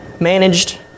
managed